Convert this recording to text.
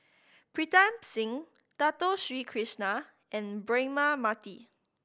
Pritam Singh Dato Sri Krishna and Braema Mathi